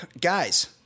Guys